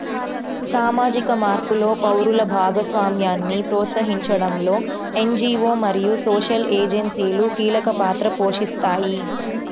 సామాజిక మార్పులో పౌరుల భాగస్వామ్యాన్ని ప్రోత్సహించడంలో ఎన్.జీ.వో మరియు సోషల్ ఏజెన్సీలు కీలక పాత్ర పోషిస్తాయి